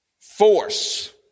force